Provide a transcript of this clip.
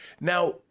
Now